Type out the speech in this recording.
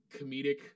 comedic